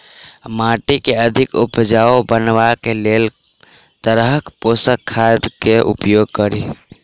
माटि केँ अधिक उपजाउ बनाबय केँ लेल केँ तरहक पोसक खाद केँ उपयोग करि?